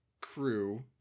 crew